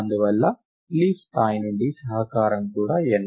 అందువల్ల లీఫ్ స్థాయి నుండి సహకారం కూడా n